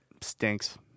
Stinks